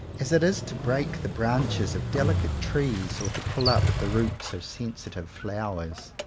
as it is to break the branches of delicate trees or to pull up the roots of sensitive flowers.